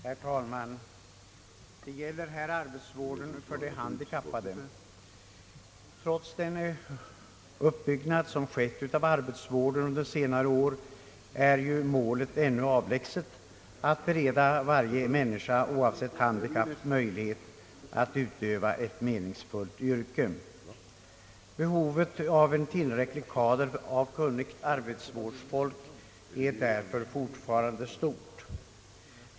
Herr talman! I denna punkt behandlas arbetsvården för de handikappade. Trots den uppbyggnad som på detta område har skett under senare år är ju målet ännu avlägset, att bereda varje människa oavsett handikapp möjlighet att utöva ett meningsfyllt yrke. Behovet av en tillräcklig kader av kunnigt arbetsvårdsfolk är därför fortfarande stort.